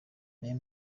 nayo